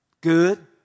Good